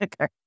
Okay